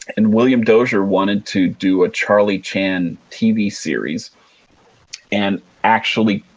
and william dozier wanted to do a charlie chan tv series and actually,